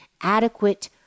adequate